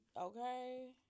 okay